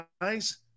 guys